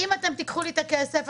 אם אתם תיקחו לי את הכסף,